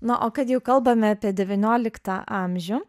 na o kad jau kalbame apie devynioliktą amžių